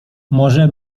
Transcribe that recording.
może